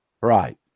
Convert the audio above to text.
Right